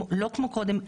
לא כמו קודם,